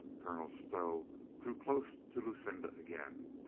colonel stow drew close to lucinda again.